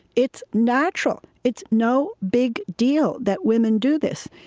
it's natural. it's no big deal that women do this.